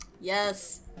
Yes